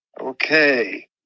Okay